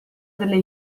delle